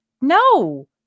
no